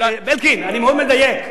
אלקין, אני מאוד מדייק.